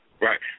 Right